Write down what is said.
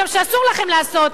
גם דברים שאסור לכם לעשות,